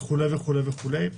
וכו' וכו'.